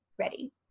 ready